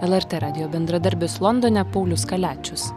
lrt radijo bendradarbis londone paulius kaliačius